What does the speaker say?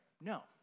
No